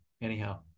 anyhow